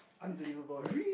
unbelievable right